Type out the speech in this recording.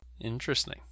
Interesting